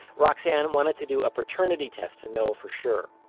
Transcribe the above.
roxane and wanted to do a paternity test to know for sure.